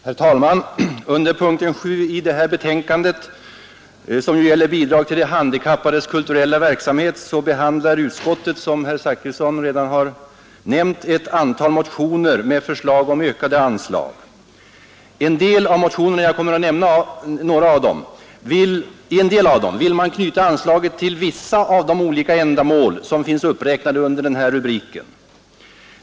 Herr talman! Under punkten 7 i detta betänkande angående bidrag till de handikappades kulturella verksamhet behandlar utskottet, som herr Zachrisson redan nämnt, ett antal motioner med förslag om ökade anslag. 81 I en del av dessa motioner vill man knyta anslagen till vissa av de ändamål som finns uppräknade under denna rubrik.